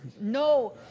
No